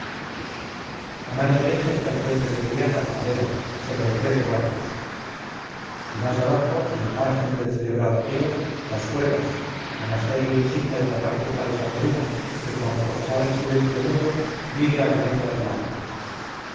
a mano derecha está la puente de triana de madera sobre trece barcos y más abajo en el margen del celebrado río las cuevas monasterio insigne de la cartuja de san bruno que con profesar el silencio mudo vive a la lengua del agua